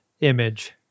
image